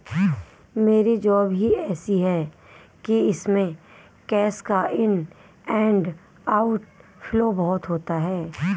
मेरी जॉब ही ऐसी है कि इसमें कैश का इन एंड आउट फ्लो बहुत होता है